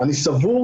אני סבור